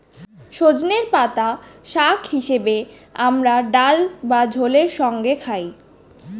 সজনের পাতা শাক হিসেবে আমরা ডাল বা ঝোলের সঙ্গে খাই